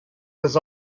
his